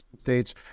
states